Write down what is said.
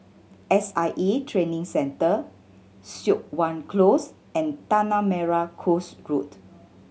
S I A Training Centre Siok Wan Close and Tanah Merah Coast Road